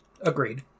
Agreed